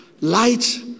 light